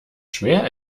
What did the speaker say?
schwer